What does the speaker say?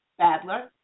Badler